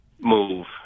move